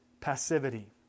passivity